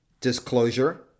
disclosure